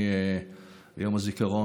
יום הזיכרון,